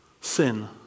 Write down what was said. sin